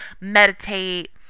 meditate